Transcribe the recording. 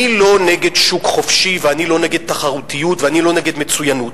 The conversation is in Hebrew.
אני לא נגד שוק חופשי ואני לא נגד תחרותיות ואני לא נגד מצוינות.